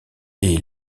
est